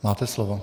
Máte slovo.